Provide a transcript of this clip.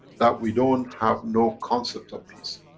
that we don't have no concept of peace.